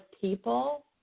people